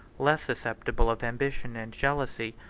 less susceptible of ambition and jealousy,